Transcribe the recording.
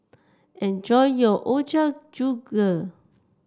enjoy your Ochazuke